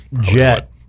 Jet